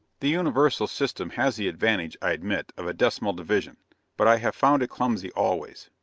the universal system has the advantage, i admit, of a decimal division but i have found it clumsy always.